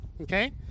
okay